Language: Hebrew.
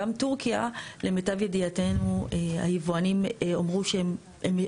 גם טורקיה למיטב ידיעתנו היבואנים אמרו שהם,